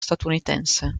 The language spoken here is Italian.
statunitense